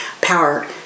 power